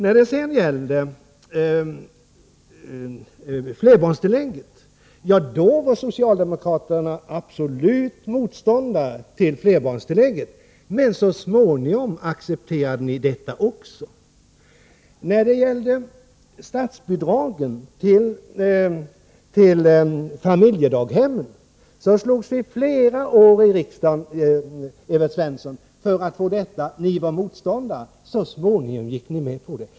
När det sedan gällde flerbarnstillägget var socialdemokraterna absoluta motståndare, men så småningom accepterade ni också detta. Vi slogs, Evert Svensson, flera år i riksdagen för statsbidraget till familjedaghem. Ni var motståndare, men gick till slut även med på det.